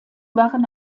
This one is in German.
waren